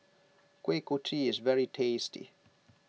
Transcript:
Kuih Kochi is very tasty